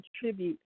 contribute